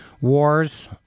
wars